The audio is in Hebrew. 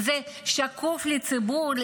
זה שקוף לציבור?